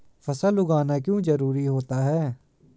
फसल उगाना क्यों जरूरी होता है?